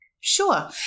Sure